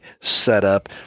setup